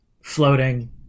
floating